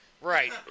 right